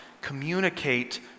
communicate